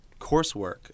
coursework